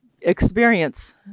experience